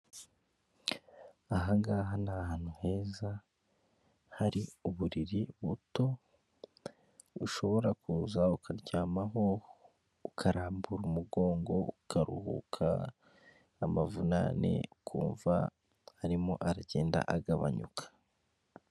Umuhanda uri mu ibara ry'umukara, ukaba urimo ibinyabiziga bigiye bitandukanye, imodoka iri mu ibara ry'umweru, amapikipiki yicayeho abamotari ndetse n'abo batwaye, bose bakaba bambaye n'ingofero zabugenewe ziri mu ibara ry'umutuku, hirya yabo hakaba abantu barimo kugendera mu tuyira twabugenewe tw'abanyamaguru.